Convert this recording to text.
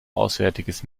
auswärtiges